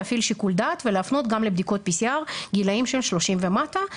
להפעיל שיקול דעת ולהפנות גם לבדיקות PCR בגילאים שהם 30 ומטה.